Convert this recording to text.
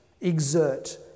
exert